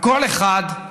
הכול אחד,